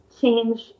Change